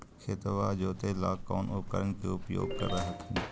खेतबा जोते ला कौन उपकरण के उपयोग कर हखिन?